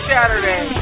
Saturday